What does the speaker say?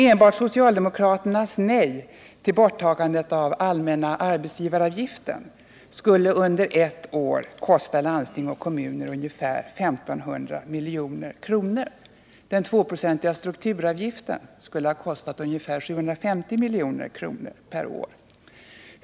Enbart socialdemokraternas nej till borttagandet av allmänna arbetsgivaravgiften skulle under ett år ha kostat landsting och kommuner ungefär 1 500 milj.kr. Den 2-procentiga strukturavgiften skulle ha kostat ungefär 750 milj.kr. per år.